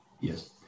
yes